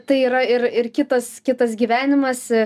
tai yra ir ir kitas kitas gyvenimas